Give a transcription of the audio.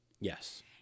Yes